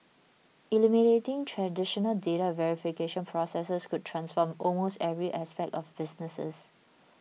eliminating traditional data verification processes could transform almost every aspect of businesses